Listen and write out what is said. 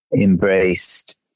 embraced